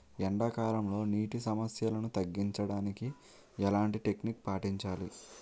ఎండా కాలంలో, నీటి సమస్యలను తగ్గించడానికి ఎలాంటి టెక్నిక్ పాటించాలి?